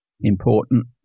important